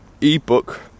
ebook